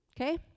Okay